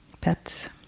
pets